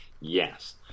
yes